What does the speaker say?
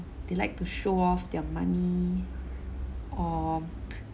they like to show off their money or